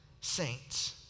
saints